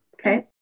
Okay